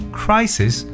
crisis